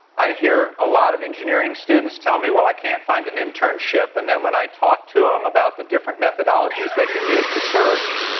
i hear a lot of engineering students tell me well i can't find an internship and then when i talk to them about the different methodologies they can use to search,